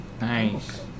nice